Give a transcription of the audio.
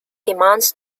demands